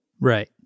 Right